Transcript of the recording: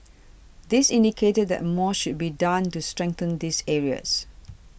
this indicated that more should be done to strengthen these areas